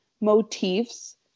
motifs